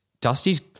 Dusty's